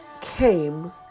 came